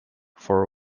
for